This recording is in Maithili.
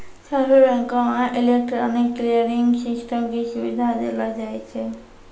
सभ्भे बैंको मे इलेक्ट्रॉनिक क्लियरिंग सिस्टम के सुविधा देलो जाय छै